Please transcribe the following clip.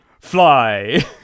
Fly